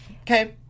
okay